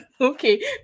Okay